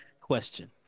question